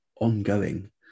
ongoing